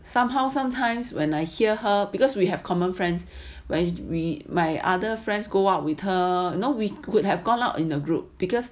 somehow sometimes when I hear her because we have common friends when we my other friends go up with her you know we could have gone out in a group because